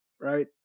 right